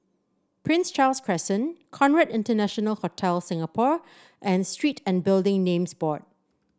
Prince Charles Crescent Conrad International Hotel Singapore and Street and Building Names Board